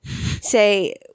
say